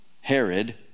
Herod